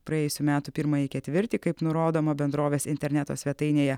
praėjusių metų pirmąjį ketvirtį kaip nurodoma bendrovės interneto svetainėje